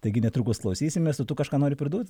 taigi netrukus klausysimės o tu kažką nori priduot